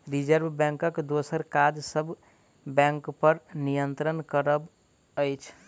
reserve बैंकक दोसर काज सब बैंकपर नियंत्रण करब अछि